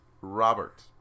Robert